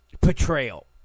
portrayal